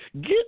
Get